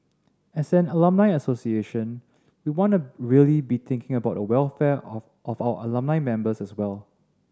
as an alumni association we wanna really be thinking about the welfare of of our alumni members as well